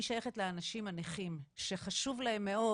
אני שייכת לאנשים הנכים שחשוב להם מאוד